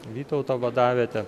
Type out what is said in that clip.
vytauto vadavietę